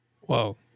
Whoa